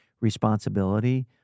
responsibility